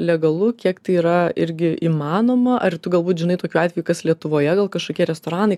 legalu kiek tai yra irgi įmanoma ar tu galbūt žinai tokių atvejų kas lietuvoje gal kažkokie restoranai